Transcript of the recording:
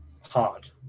hard